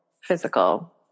physical